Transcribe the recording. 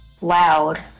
loud